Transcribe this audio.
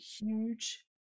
huge